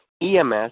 EMS